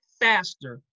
faster